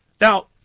Now